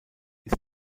ist